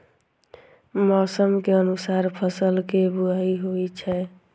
मौसम के अनुसार फसल के बुआइ होइ छै